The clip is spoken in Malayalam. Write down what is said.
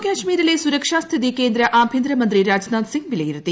ജമ്മുകാശ്മീരിലെ സുരക്ഷാ സ്ഥിതി കേന്ദ്ര ആഭ്യന്തരമന്ത്രി രാജ്നാഥ്സിംഗ് വിലയിരുത്തി